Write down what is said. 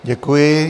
Děkuji.